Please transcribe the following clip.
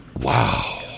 Wow